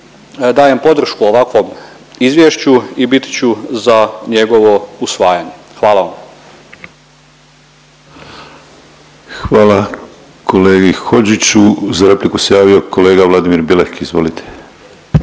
dajem podršku ovakvom izvješću i bit ću za njegovo usvajanje. Hvala vam. **Penava, Ivan (DP)** Hvala kolegi Hodžiću. Za repliku se javio kolega Vladimir Bilek, izvolite.